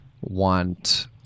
want